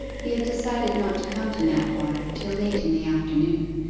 he had decided not to come to knapwater till late in the afternoon,